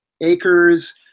acres